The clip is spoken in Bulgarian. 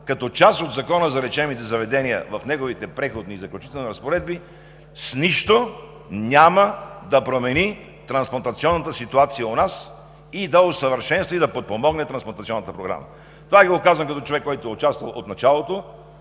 като част от Закона за лечебните заведения, в неговите Преходни и заключителни разпоредби с нищо няма да промени трансплантационната ситуация у нас и да усъвършенства, и да подпомогне трансплантационната програма. Това Ви го казвам като човек, който е участвал от началото